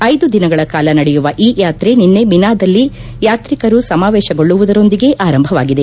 ಐದು ದಿನಗಳ ಕಾಲ ನಡೆಯುವ ಕು ಯಾತ್ರೆ ನಿನ್ನೆ ಮಿನಾದಲ್ಲಿ ಯಾತ್ರಿಕರು ಸಮಾವೇಶಗೊಳ್ಲವುದರೊಂದಿಗೆ ಆರಂಭವಾಗಿದೆ